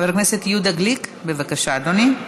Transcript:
חבר הכנסת יהודה גליק, בבקשה, אדוני.